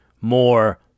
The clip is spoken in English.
more